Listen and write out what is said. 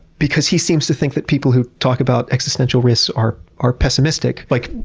because he seems to think that people who talk about existential risks are are pessimistic. like,